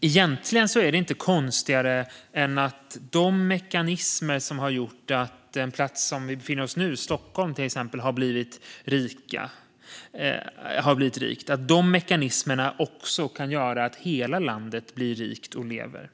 Egentligen är det inte konstigare än att de mekanismer som har gjort att till exempel den plats där vi befinner oss nu, Stockholm, har blivit rik också kan göra att hela landet blir rikt och lever.